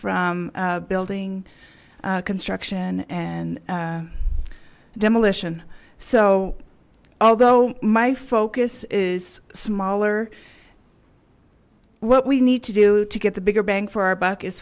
from building construction and demolition so although my focus is smaller what we need to do to get the bigger bang for our buck is